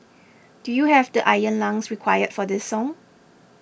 do you have the iron lungs required for this song